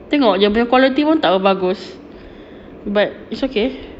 tengok dia punya quality pun tak berapa bagus but it's okay